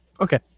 Okay